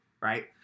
Right